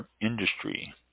industry